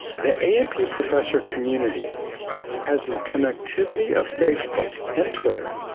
the a and p professor community has the connectivity of facebook and twitter,